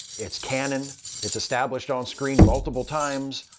it's canon, it's establised onscreen multiple times,